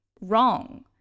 wrong